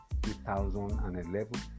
2011